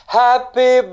happy